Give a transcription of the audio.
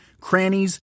crannies